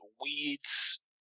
weeds